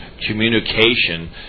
communication